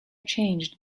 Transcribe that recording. changed